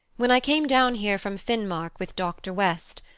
when i came down here from finmark with dr. west,